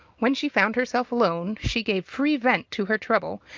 when she found herself alone, she gave free vent to her trouble,